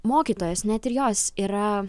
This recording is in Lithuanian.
mokytojos net ir jos yra